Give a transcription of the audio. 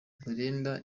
brenda